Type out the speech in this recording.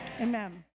Amen